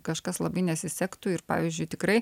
kažkas labai nesisektų ir pavyzdžiui tikrai